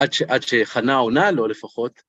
עד שחנה עונה לו לפחות.